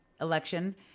election